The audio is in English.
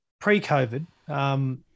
pre-COVID